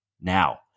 now